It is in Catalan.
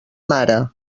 mare